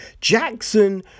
Jackson